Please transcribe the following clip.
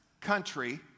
country